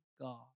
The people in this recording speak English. God